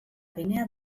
ginea